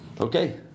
okay